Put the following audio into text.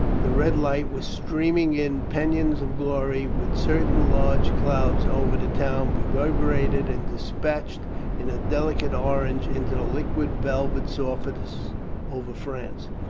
the red light was streaming in pennons of glory which certain large clouds over the town reverberated and despatched in a delicate orange into the liquid velvet softness over france.